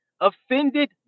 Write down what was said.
offended